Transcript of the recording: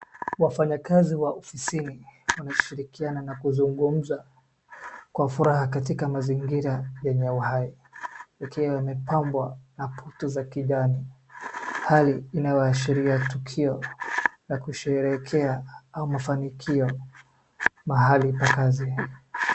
Wafanyikazi wa ofisini wanashirikiana na kuzungumza kwa furaha katika mazingira yenye uhai ikiwa imepambwa na putu za kijani, hali inayoashiria tukio la kusherehekea au mafanikio mahali pa kazi.